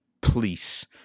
police